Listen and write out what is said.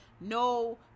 no